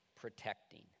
protecting